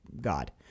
God